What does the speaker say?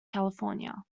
california